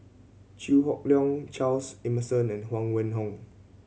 Chew Hock Leong Charles Emmerson and Huang Wenhong